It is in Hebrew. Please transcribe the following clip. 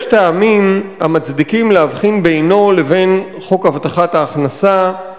יש טעמים המצדיקים להבחין בינו לבין חוק הבטחת ההכנסה,